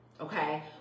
Okay